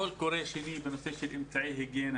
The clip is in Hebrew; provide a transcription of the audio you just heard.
קול קורא שני בנושא של אמצעי היגיינה